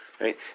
right